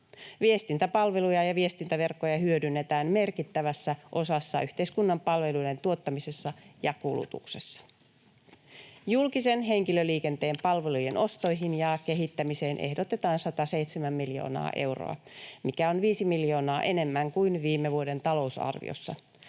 Viestintäpalveluja ja viestintäverkkoja hyödynnetään merkittävässä osassa yhteiskunnan palveluiden tuottamisessa ja kulutuksessa. Julkisen henkilöliikenteen palvelujen ostoihin ja kehittämiseen ehdotetaan 107 miljoonaa euroa, mikä on 5 miljoonaa enemmän kuin viime vuoden talousarviossa.